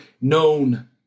known